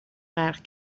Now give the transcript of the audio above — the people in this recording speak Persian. غرق